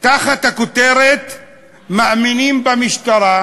תחת הכותרת "מאמינים במשטרה",